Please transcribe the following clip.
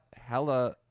hella